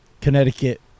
Connecticut